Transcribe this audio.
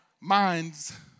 minds